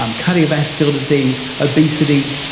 um cardiovascular disease, obesity,